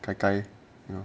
改改